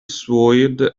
swayed